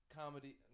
comedy